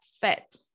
Fit